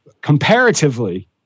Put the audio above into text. comparatively